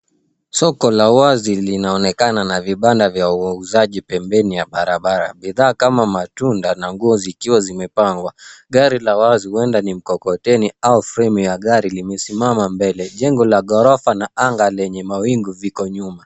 Soko la wazi linaonekana na vibanda vya wauzaji pembeni ya barabara, bidhaa kama matunda na nguo zikiwa zimepangwa. Gari la wazi huenda ni mkokoteni au fremu ya gari limesimama mbele. Jengo la ghorofa na anga lenye mawingu viko nyuma.